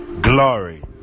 glory